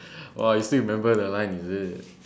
!wah! you still remember the line is it